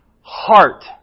heart